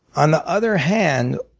on the other hand,